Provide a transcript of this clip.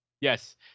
yes